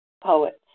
poets